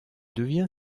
devient